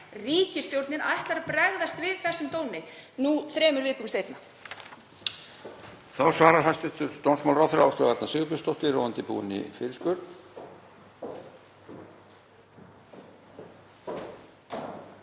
ríkisstjórnin ætlar að bregðast við þessum dómi nú þremur vikum seinna.